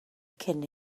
cyn